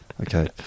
Okay